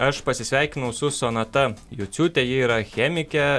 aš pasisveikinau su sonata juciute ji yra chemikė